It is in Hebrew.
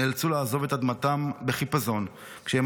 נאלצו לעזוב את אדמתם בחיפזון כשהם